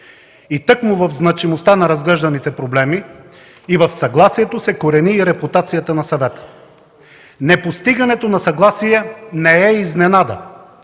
И тъкмо в значимостта на разглежданите проблеми и в съгласието се корени и репутацията на Съвета. Непостигането на съгласие не е изненада,